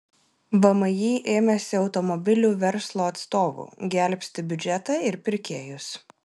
vmi ėmėsi automobilių verslo atstovų gelbsti biudžetą ir pirkėjus